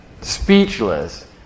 speechless